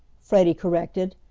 freddie corrected,